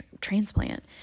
transplant